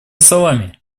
словами